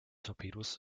torpedos